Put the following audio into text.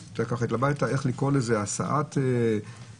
התלבטת איך לקרוא לזה: הסעת עצירים,